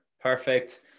Perfect